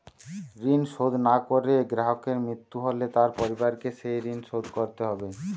ঋণ শোধ না করে গ্রাহকের মৃত্যু হলে তার পরিবারকে সেই ঋণ শোধ করতে হবে?